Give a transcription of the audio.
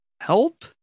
Help